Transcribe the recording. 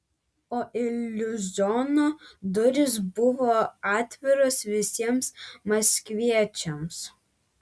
o iliuziono durys buvo atviros visiems maskviečiams